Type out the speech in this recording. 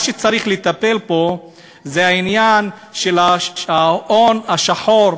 מה שצריך לטפל בו הוא העניין של ההון השחור.